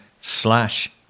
slash